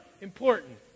important